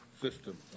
system